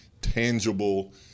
tangible